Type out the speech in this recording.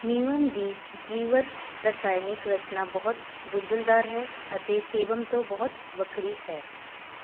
meibum ਦੀ ਜੀਵਰ ਰਸਾਇਣਕ ਰਚਨਾ ਬਹੁਤ ਗੁੰਝਲਦਾਰ ਹੈ ਅਤੇ ਸੇਬਮ ਤੋਂ ਬਹੁਤ ਵੱਖਰੀ ਹੈ